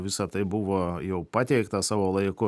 visa tai buvo jau pateikta savo laiku